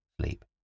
sleep